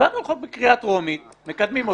הצבענו על חוק בקריאה טרומית, מקדמים אותו.